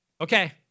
Okay